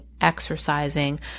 exercising